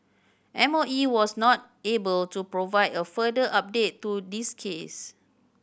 M O E was not able to provide a further update to this case